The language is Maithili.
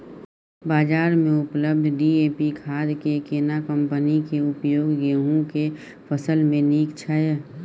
बाजार में उपलब्ध डी.ए.पी खाद के केना कम्पनी के उपयोग गेहूं के फसल में नीक छैय?